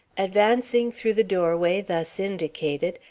advancing through the doorway thus indicated,